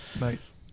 Nice